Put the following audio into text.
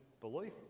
belief